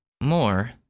More